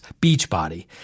Beachbody